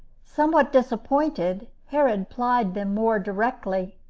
somewhat disappointed, herod plied them more directly.